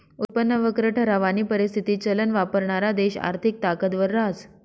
उत्पन्न वक्र ठरावानी परिस्थिती चलन वापरणारा देश आर्थिक ताकदवर रहास